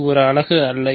இது ஒரு அலகு அல்ல